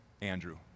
Andrew